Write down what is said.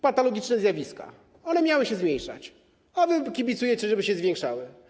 Patologiczne zjawiska - one miały się zmniejszać, a wy kibicujecie, żeby się zwiększały.